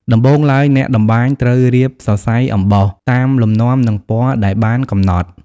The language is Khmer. ដំបូងឡើយ អ្នកតម្បាញត្រូវ រៀបសរសៃអំបោះ តាមលំនាំនិងពណ៌ដែលបានកំណត់។